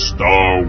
Star